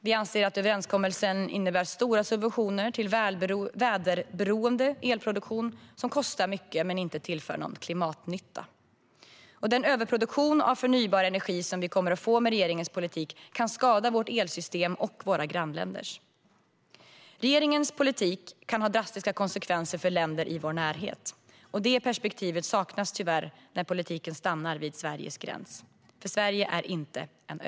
Vi anser att överenskommelsen innebär stora subventioner till väderberoende elproduktion, som kostar mycket utan att tillföra någon klimatnytta. Den överproduktion av förnybar energi som vi kommer att få i och med regeringens politik kan skada vårt och våra grannländers elsystem. Regeringens politik kan få drastiska konsekvenser för länder i vår närhet. Detta perspektiv saknas tyvärr när politiken stannar vid Sveriges gräns, för Sverige är inte en ö.